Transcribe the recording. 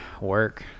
work